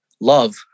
love